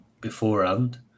beforehand